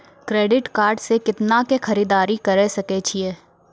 Credit card से कितना के खरीददारी करे सकय छियै?